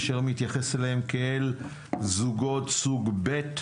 אשר מתייחס אליהם כאל זוגות סוג ב',